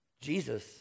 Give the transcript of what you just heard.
Jesus